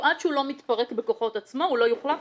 עד שהוא לא מתפרק בכוחות עצמו הוא לא יוחלף?